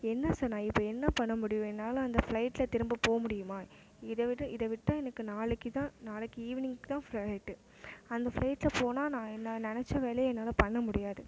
என்ன சார் நான் இப்போ என்ன பண்ண முடியும் என்னால் அந்த ஃபிளைட்டில் திரும்ப போக முடியுமா இதை விட இதை விட்டால் எனக்கு நாளைக்கு தான் நாளைக்கு ஈவினிங்குக்கு தான் ஃபிளைட்டு அந்த ஃபிளைட்டில் போனால் நான் நான் நினைச்ச வேலையை என்னால் பண்ண முடியாது